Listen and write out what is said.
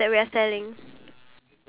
ya you know that